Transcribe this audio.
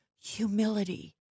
humility